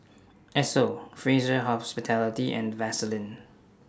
Esso Fraser Hospitality and Vaseline